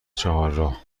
چهارراه